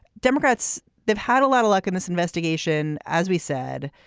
democrats they've had a lot of luck in this investigation. as we said.